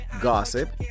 gossip